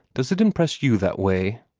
does it impress you that way?